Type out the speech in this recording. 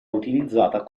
utilizzata